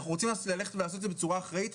אנחנו רוצים לעשות את זה בצורה אחראית,